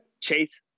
Chase